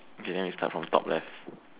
okay then we start from top left